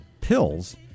pills